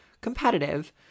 competitive